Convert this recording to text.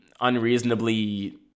unreasonably